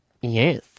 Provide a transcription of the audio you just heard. Yes